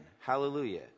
hallelujah